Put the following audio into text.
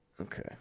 Okay